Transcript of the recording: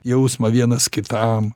jausmą vienas kitam